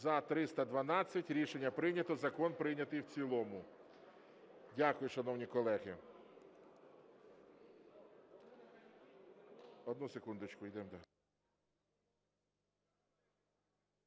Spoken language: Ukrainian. За-312 Рішення прийнято. Закон прийнятий в цілому. Дякую, шановні колеги.